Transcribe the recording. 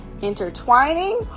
intertwining